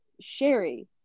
Sherry